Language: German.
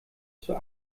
zur